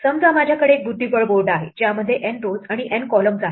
समजा माझ्याकडे एक बुद्धिबळ बोर्ड आहे ज्यामध्ये N rows आणि N columns आहेत